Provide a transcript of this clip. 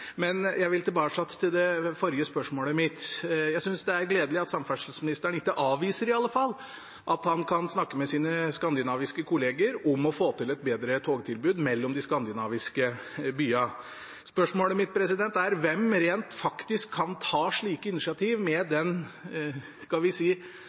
men jeg vil tilbake til det forrige spørsmålet mitt. Jeg synes det er gledelig at samferdselsministeren i alle fall ikke avviser å snakke med sine skandinaviske kolleger om å få til et bedre togtilbud mellom de skandinaviske byene. Spørsmålet mitt er: Hvem kan rent faktisk ta slike initiativ, med den noe uoversiktlige jernbaneorganiseringen vi